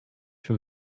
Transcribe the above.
from